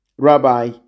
Rabbi